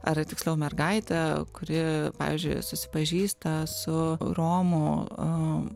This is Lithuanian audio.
ar tiksliau mergaitė kuri pavyzdžiui susipažįsta su romu